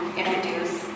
introduce